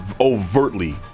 overtly